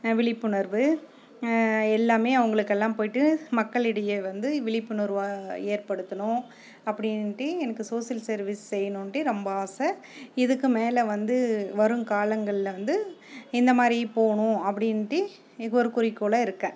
விழிப்புணர்வு எல்லாமே அவர்களுக்கெல்லாம் போயிவிட்டு மக்களிடையே வந்து விழிப்புணர்வை ஏற்படுத்தணும் அப்படின்ட்டி எனக்கு சோசியல் சர்வீஸ் செய்யணுன்டு ரொம்ப ஆசை இதுக்கு மேலே வந்து வருங்காலங்களில் வந்து இந்த மாதிரி போகணும் அப்படின்ட்டி எனக்கு ஒரு குறிக்கோளில் இருக்கேன்